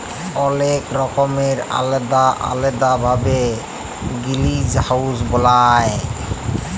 অলেক রকমের আলেদা আলেদা ভাবে গিরিলহাউজ বালায়